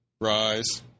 Rise